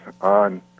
on